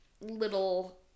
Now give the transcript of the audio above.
little